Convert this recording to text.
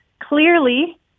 clearly